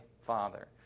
father